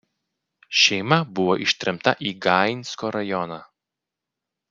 šeima buvo ištremta į gainsko rajoną